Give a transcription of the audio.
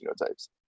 genotypes